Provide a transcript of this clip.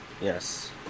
Yes